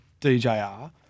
DJR